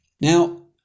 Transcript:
Now